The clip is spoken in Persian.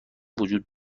وجود